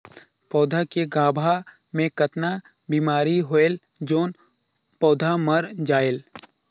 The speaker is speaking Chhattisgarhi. पौधा के गाभा मै कतना बिमारी होयल जोन पौधा मर जायेल?